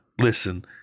Listen